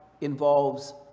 involves